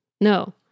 No